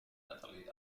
natalie